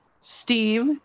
steve